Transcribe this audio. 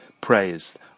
praised